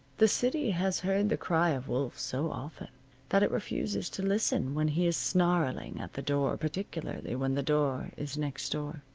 the city has heard the cry of wolf so often that it refuses to listen when he is snarling at the door, particularly when the door is next door.